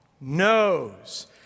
knows